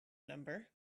number